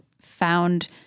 found